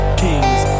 kings